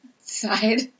side